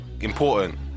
important